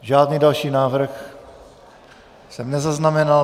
Žádný další návrh jsem nezaznamenal.